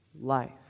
life